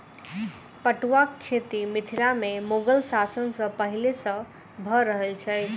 पटुआक खेती मिथिला मे मुगल शासन सॅ पहिले सॅ भ रहल छै